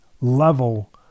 level